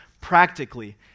practically